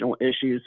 issues